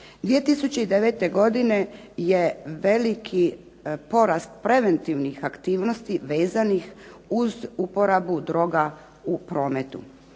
2009. godine je veliki porast preventivnih aktivnosti vezanih uz uporabu droga u prometu.